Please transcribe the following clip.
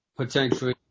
Potentially